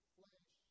flesh